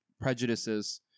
prejudices